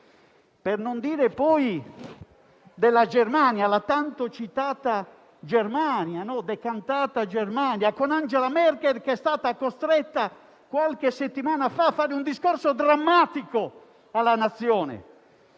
Per non dire poi della Germania, la tanto citata e decantata Germania, con Angela Merkel che è stata costretta qualche settimana fa a fare un discorso drammatico alla Nazione,